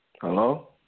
Hello